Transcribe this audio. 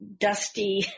dusty